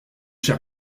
cher